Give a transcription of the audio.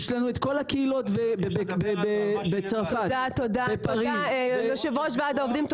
יש לנו את כל הקהילות בצרפת יושב ראש וועד העובדים,